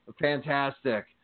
fantastic